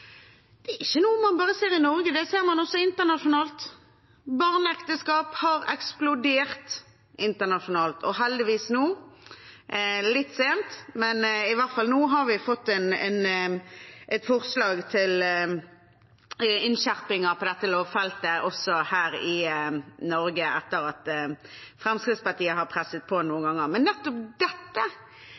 Det er ikke noe man bare ser i Norge. Det ser man også internasjonalt. Barneekteskap har eksplodert internasjonalt. Heldigvis har vi nå – litt sent, men i hvert fall nå – fått et forslag til innskjerpinger på dette lovfeltet også her i Norge, etter at Fremskrittspartiet har presset på noen ganger. Nettopp dette